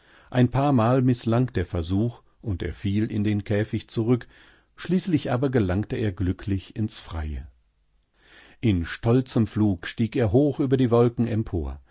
war gorgoschlugmitdenflügelnundschwangsichempor einpaarmalmißlang der versuch und er fiel in den käfig zurück schließlich aber gelangte er glücklichinsfreie in stolzem flug stieg er hoch über die wolken empor